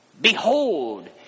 behold